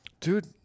dude